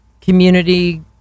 community